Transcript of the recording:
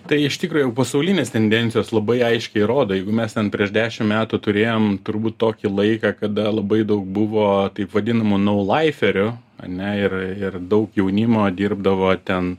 tai iš tikro jau pasaulinės tendencijos labai aiškiai rodo jeigu mes ten prieš dešim metų turėjom turbūt tokį laiką kada labai daug buvo taip vadinamų naulaiferių ane ir ir daug jaunimo dirbdavo ten